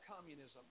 communism